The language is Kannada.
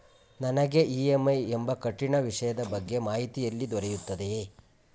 ನನಗೆ ಇ.ಎಂ.ಐ ಎಂಬ ಕಠಿಣ ವಿಷಯದ ಬಗ್ಗೆ ಮಾಹಿತಿ ಎಲ್ಲಿ ದೊರೆಯುತ್ತದೆಯೇ?